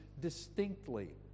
distinctly